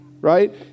right